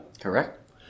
Correct